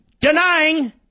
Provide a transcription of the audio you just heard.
denying